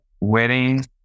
wedding